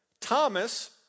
Thomas